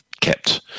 kept